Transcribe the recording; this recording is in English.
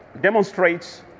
demonstrates